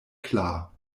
klar